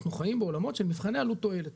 אנחנו חיים בעולמות של מבחני עלות תועלת,